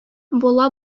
бала